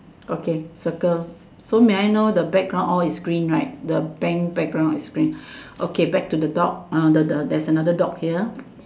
okay circle so may I know the background all is green right the bank background is green okay back to the dog the the there's another dog here